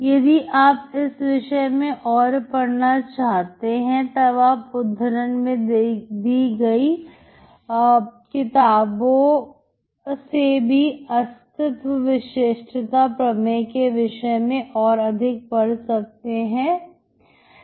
यदि आप इस विषय में और पढ़ना चाहते हैं तब आप उद्धरण में दी गई किताबों से भी अस्तित्व विशिष्टता प्रमे के विषय में और अधिक पढ़ सकते हैं